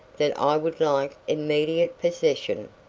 that i would like immediate possession.